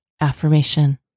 affirmation